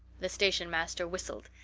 the stationmaster whistled.